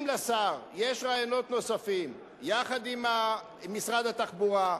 אם לשר יש רעיונות נוספים, יחד עם משרד התחבורה,